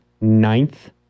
ninth